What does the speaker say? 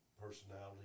personality